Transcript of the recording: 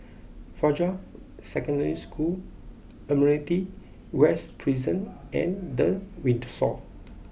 Fajar Secondary School Admiralty West Prison and The Windsor